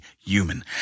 human